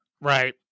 Right